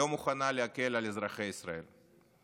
לא מוכנה להקל על אזרחי ישראל.